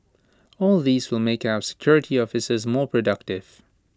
all these will make our security officers more productive